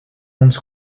ons